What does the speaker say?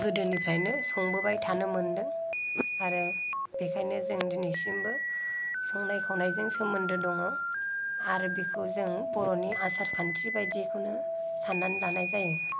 गोदोनिफ्रायनो संबोबाय थानो मोनदों आरो बेखायनो जों दिनैसिमबो संनाय खावनायजों सोमोन्दो दङ आरो बेखौ जों बर'नि आसार खान्थि बायदिखौनो साननानै लानाय जायो